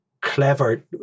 clever